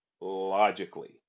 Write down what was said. logically